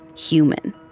human